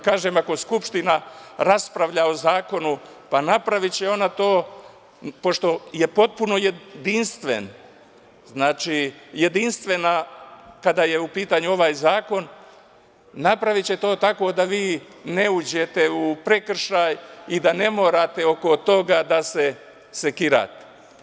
Kažem - ako Skupština raspravlja o zakonu, pa napraviće ona to, pošto je potpuno jedinstvena kada je u pitanju ovaj zakon, napraviće to tako da vi ne uđete u prekršaj i da ne morate oko toga da se sekirate.